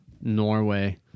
Norway